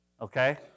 okay